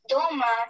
Doma